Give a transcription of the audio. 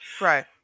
Right